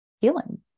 healing